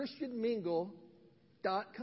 ChristianMingle.com